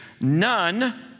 None